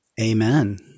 Amen